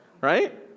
right